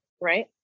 right